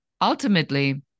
ultimately